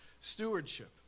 stewardship